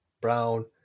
brown